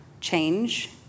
Change